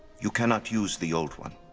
you cannot use the old one.